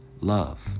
love